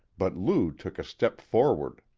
but lou took a step forward.